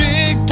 Big